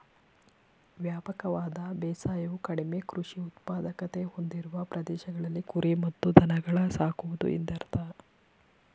ವ್ಯಾಪಕವಾದ ಬೇಸಾಯವು ಕಡಿಮೆ ಕೃಷಿ ಉತ್ಪಾದಕತೆ ಹೊಂದಿರುವ ಪ್ರದೇಶಗಳಲ್ಲಿ ಕುರಿ ಮತ್ತು ದನಗಳನ್ನು ಸಾಕುವುದು ಎಂದರ್ಥ